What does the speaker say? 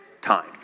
time